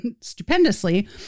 stupendously